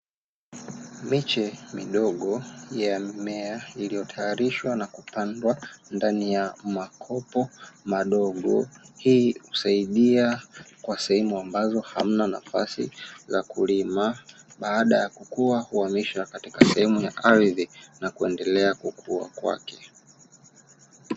Miche midogo ya mimea, iliyotayarishwa na kupandwa ndani ya makopo madogo, hii husaidia kwa sehemu ambazo hamna nafasi za kulima, baada ya kukua huhamishwa katika sehemu ya ardhi na kuendelea kukua kwake.